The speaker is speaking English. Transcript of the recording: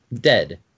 dead